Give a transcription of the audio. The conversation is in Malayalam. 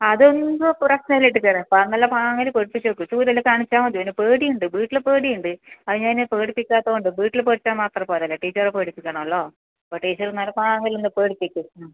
അത് എന്തോ പ്രശ്നം ഇല്ല ടീച്ചറെ നല്ല പാങ്ങില് പേടിപ്പിച്ച് നോക്ക് ചൂരൽ കാണിച്ചാൽ മതി ഓന് പേടി ഉണ്ട് വീട്ടിൽ പേടി ഉണ്ട് അത് ഞാൻ പേടിപ്പിക്കാത്തത് കൊണ്ട് വീട്ടിൽ പേടിപ്പിച്ചാൽ മാത്രം പോരല്ലോ ടീച്ചറ് പേടിപ്പിക്കണമല്ലോ ടീച്ചറ് നല്ല പാങ്ങിൽ ഒന്ന് പേടിപ്പിക്ക് ഉം